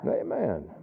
amen